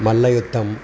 मल्लयुद्धम्